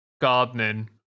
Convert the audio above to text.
gardening